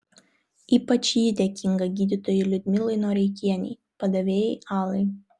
ypač ji dėkinga gydytojai liudmilai noreikienei padavėjai alai